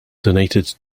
donated